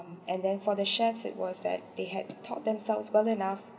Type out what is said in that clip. and then for the chefs it was that they had taught themselves well enough